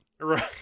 Right